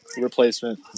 replacement